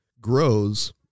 grows